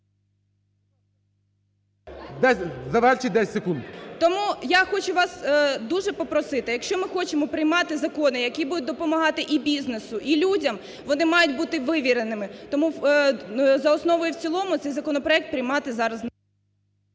Тому я хочу вас дуже попросити, якщо ми хочемо приймати закони, які будуть допомагати, і бізнесу і людям вони мають бути вивіреними. Тому за основу і в цілому цей законопроект приймати зараз…